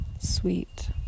sweet